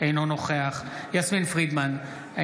אינו נוכח יסמין פרידמן,